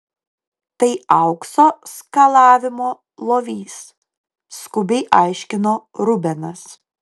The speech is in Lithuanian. tai aukso skalavimo lovys skubiai aiškino rubenas